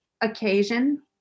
occasion